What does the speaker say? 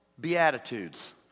beatitudes